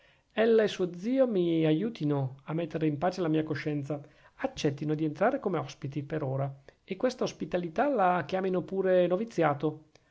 ella e suo zio mi aiutino a mettere in pace la mia coscienza accettino di entrare come ospiti per ora e questa ospitalità la chiamino pure un noviziato